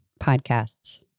podcasts